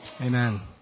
Amen